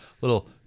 little